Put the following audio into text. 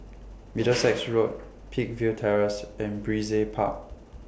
Middlesex Road Peakville Terrace and Brizay Park